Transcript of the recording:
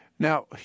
Now